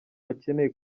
bakeneye